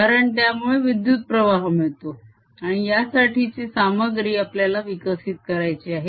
कारण त्यामुळे विद्युत्प्रवाह मिळतो आणि यासाठीची सामग्री आपल्याला विकसित करायची आहे